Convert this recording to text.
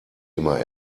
immer